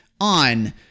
on